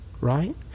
Right